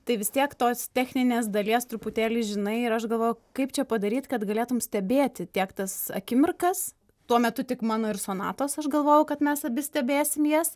tai vis tiek tos techninės dalies truputėlį žinai ir aš gavoju kaip čia padaryt kad galėtum stebėti tiek tas akimirkas tuo metu tik mano ir sonatos aš galvojau kad mes abi stebėsim jas